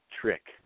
Trick